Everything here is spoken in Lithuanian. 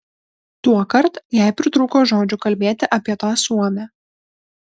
tuokart jai pritrūko žodžių kalbėti apie tą suomę